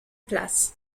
place